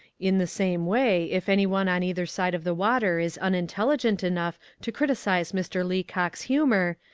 in the same way, if anyone on either side of the water is unintelligent enough to criticise mr. leacock's humour,